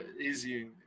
easy